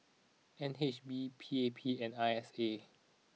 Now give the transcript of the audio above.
N H B P A P and I S A